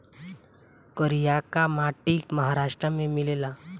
करियाका माटी महाराष्ट्र में मिलेला